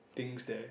things there